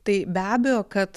tai be abejo kad